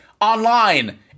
online